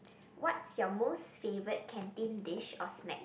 what's your most favourite canteen dish or snack